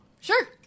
Sure